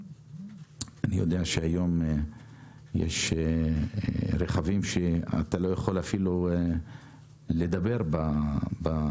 אני יודע שהיום יש רכבים שנוצרו כך שאתה לא יכול אפילו לדבר בטלפון.